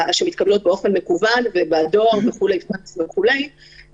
שמתקבלות באופן מקוון ובדואר, פקס וכו',